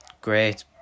great